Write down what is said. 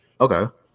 Okay